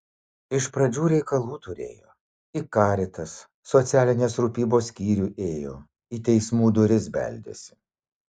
iš pradžių reikalų turėjo į caritas socialinės rūpybos skyrių ėjo į teismų duris beldėsi